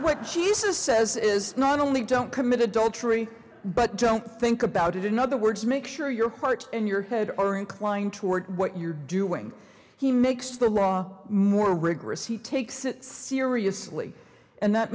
what jesus says is not only don't commit adultery but don't think about it in other words make sure your heart and your head are inclined toward what you're doing he makes the law more rigorous he takes it seriously and that